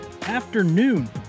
afternoon